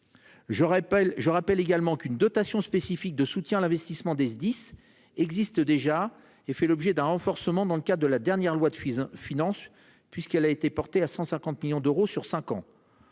Je rappelle également qu'une dotation spécifique de soutien à l'investissement des SDIS existent déjà et fait l'objet d'un renforcement dans le cas de la dernière loi de finance, puisqu'elle a été porté à 150 millions d'euros sur 5 ans.